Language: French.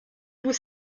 vous